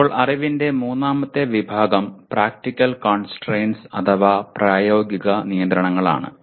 ഇപ്പോൾ അറിവിന്റെ മൂന്നാമത്തെ വിഭാഗം പ്രാക്ടിക്കൽ കോൺസ്ട്രയിന്റ്സ് അഥവാ പ്രായോഗിക നിയന്ത്രണങ്ങളാണ്